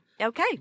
okay